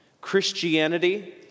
Christianity